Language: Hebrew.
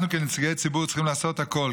אנחנו כנציגי ציבור צריכים לעשות הכול,